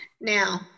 Now